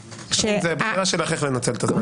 זאת הבחירה שלך איך לנצל את הזמן שלך.